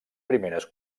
primeres